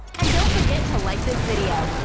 and don't forget to like this video,